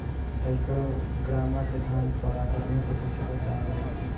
टाइक्रोग्रामा के धान पर आक्रमण से कैसे बचाया जाए?